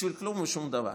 בשביל כלום ושום דבר.